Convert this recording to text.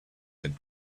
had